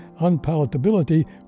unpalatability